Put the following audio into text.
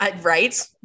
right